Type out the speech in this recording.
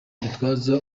gitwaza